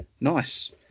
nice